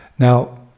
Now